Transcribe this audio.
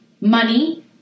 money